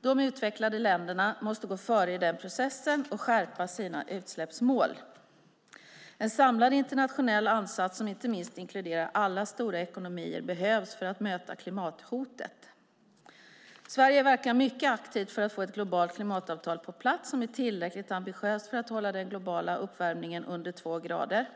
De utvecklade länderna måste gå före i den processen och skärpa sina utsläppsmål. En samlad internationell ansats som inte minst inkluderar alla stora ekonomier behövs för att möta klimathotet. Sverige verkar mycket aktivt för att få ett globalt klimatavtal på plats som är tillräckligt ambitiöst för att hålla den globala uppvärmningen under två grader.